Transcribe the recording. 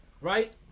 right